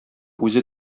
үзе